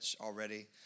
already